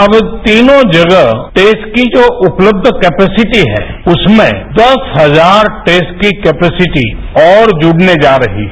अब इन तीनों जगह टैस्ट की जो उपलब्ध कैपेसिटी है उसमें दस हजार टैस्ट की कैपेसिटी और जुड़ने जा रही है